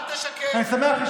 אל תשקר, אל תשקר,